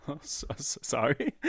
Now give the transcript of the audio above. Sorry